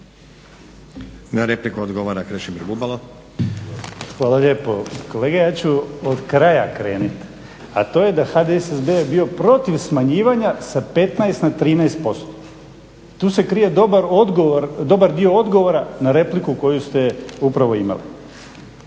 Bubalo. **Bubalo, Krešimir (HDSSB)** Hvala lijepo. Kolega ja ću od kraja krenuti, a to je da HDSSB bio protiv smanjivanja sa 15 na 13% tu se krije dobar dio odgovora na repliku koju ste upravo imali.